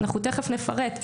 אנחנו תכף נפרט,